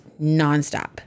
nonstop